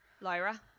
Lyra